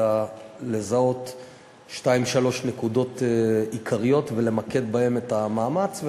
אלא לזהות שתיים-שלוש נקודות עיקריות ולמקד בהן את המאמץ,